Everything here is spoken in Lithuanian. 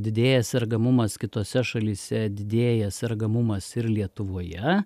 didėja sergamumas kitose šalyse didėja sergamumas ir lietuvoje